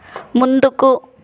ముందుకు